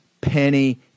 penny